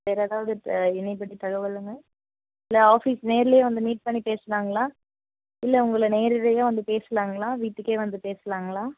வேறு ஏதாவது எனிபடி தகவலுங்க இல்லை ஆஃபீஸ் நேர்ல வந்து மீட் பண்ணி பேசலாம்ங்களா இல்லை உங்களை நேரடியாக வந்து பேசலாம்ங்களா வீட்டுக்கே வந்து பேசலாம்ங்களா